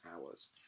hours